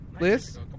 list